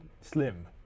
slim